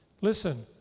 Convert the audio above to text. listen